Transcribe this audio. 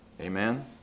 Amen